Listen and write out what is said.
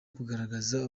kugaragaza